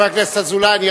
חבר הכנסת אזולאי.